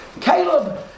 Caleb